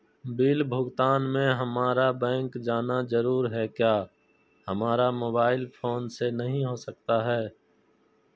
Bill भुगतान में हम्मारा बैंक जाना जरूर है क्या हमारा मोबाइल फोन से नहीं हो सकता है?